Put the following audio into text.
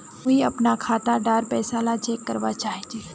मुई अपना खाता डार पैसा ला चेक करवा चाहची?